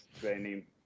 training